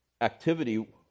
Activity